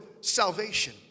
salvation